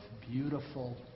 beautiful